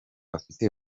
afite